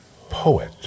Poet